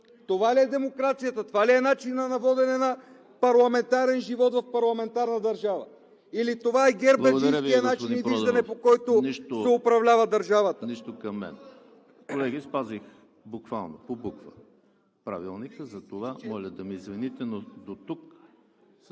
Това ли е демокрацията, това ли е начинът на водене на парламентарен живот в парламентарна държава или това е гербаджийският начин и виждане, по който… ПРЕДСЕДАТЕЛ